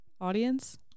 Audience